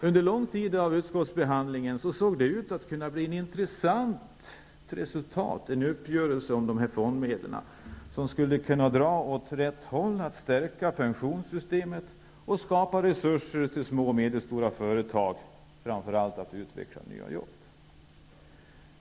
Under lång tid av utskottsbehandlingen såg det ut att kunna bli ett intressant resultat, en uppgörelse om fondmedlen, som skulle kunna dra åt rätt håll, dvs, innebära att pensionssystemet stärktes och att resurser skapades till små och medelstora företag framför allt för utvecklande av nya jobb.